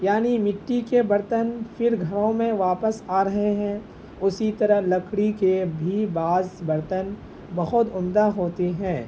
یعنی مٹی کے برتن پھر گھروں میں واپس آ رہے ہیں اسی طرح لکڑی کے بھی بعض برتن بہت عمدہ ہوتے ہیں